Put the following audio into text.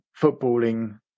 footballing